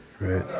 Right